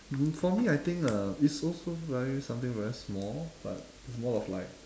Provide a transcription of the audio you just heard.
um for me I think uh it's also like something very small but it's more of like